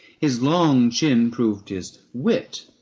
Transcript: his long chin proved his wit,